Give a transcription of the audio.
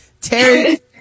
terry